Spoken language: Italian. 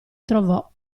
trovò